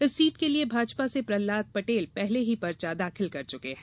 इस सीट के लिए भाजपा से प्रहलाद पटेल पहले ही पर्चा दाखिल कर चुके हैं